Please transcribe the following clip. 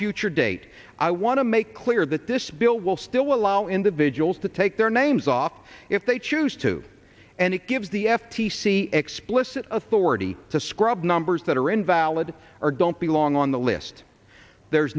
future date i want to make clear that this bill will still allow individuals to take their names off if they choose to and it gives the f t c explicit authority to scrub numbers that are invalid or don't belong on the list there's